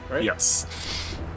Yes